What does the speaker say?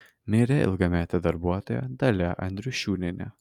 mirė ilgametė darbuotoja dalia andriušiūnienė